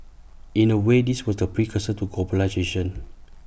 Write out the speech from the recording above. in A way this was the precursor to globalisation